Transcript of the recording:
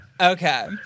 Okay